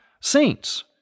Saints